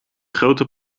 grote